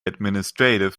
administrative